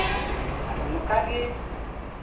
ᱟᱫᱚ ᱱᱚᱝᱠᱟ ᱜᱮ